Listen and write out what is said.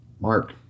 Mark